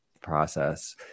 process